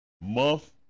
month